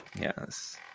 yes